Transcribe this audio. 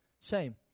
Shame